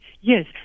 Yes